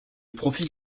profil